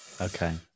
Okay